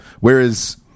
Whereas